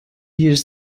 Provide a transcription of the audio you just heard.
years